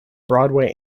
broadway